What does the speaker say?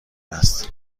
هست